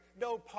no